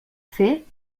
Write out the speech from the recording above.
fer